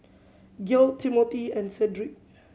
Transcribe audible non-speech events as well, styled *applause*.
*unintelligible* Timmothy and Cedrick